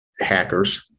hackers